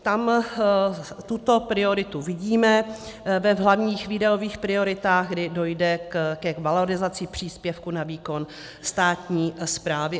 Tam tuto prioritu vidíme v hlavních výdajových prioritách, kdy dojde k valorizaci příspěvku na výkon státní správy.